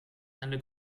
eine